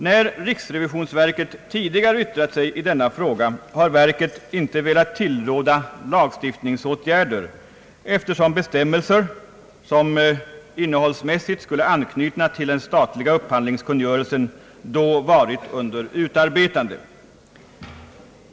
När riksrevisionsverket tidigare yttrat sig i denna fråga har verket inte velat tillråda lagstiftningsåtgärder, eftersom bestämmelser, som innehållsmässigt skulle anknyta till den statliga upphandlingskungörelsen, då varit under utarbetande.